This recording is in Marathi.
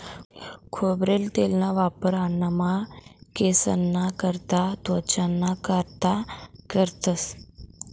खोबरेल तेलना वापर अन्नमा, केंससना करता, त्वचाना कारता करतंस